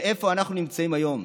ואיפה אנחנו נמצאים היום.